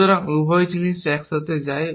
সুতরাং উভয় জিনিস একসাথে যায়